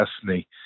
destiny